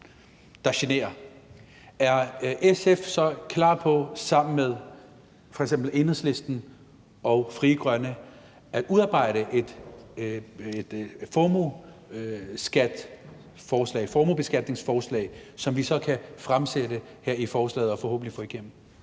så er klar på sammen med f.eks. Enhedslisten og Frie Grønne at udarbejde et formuebeskatningsforslag, som vi så kan fremsætte her og forhåbentlig få igennem?